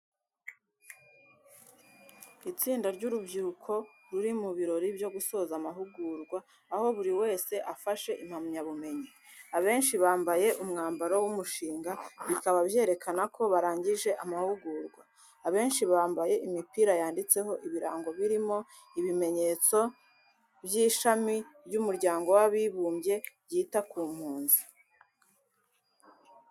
Itsinda ry’urubyiruko ruri mu birori byo gusoza amahugurwa, aho buri wese afashe impamyabumenyi. Abenshi bambaye umwambaro w’umushinga, bikaba byerekana ko barangije amahugurwa. Abenshi bambaye imipira yanditseho ibirango birimo ibimenyetso by'ishami ry’Umuryango w’Abibumbye ryita ku mpunzi.